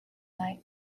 lai